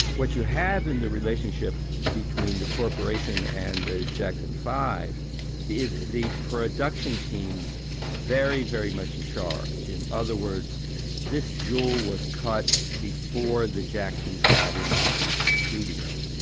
what you have in the relationship between the corporation and the jackson five is the production team very very much in charge. in other words this jewel was cut before the jacksons got into the studio.